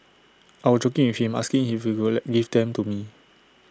I was joking with him asking if he would give them to me